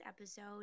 episode